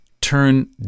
turn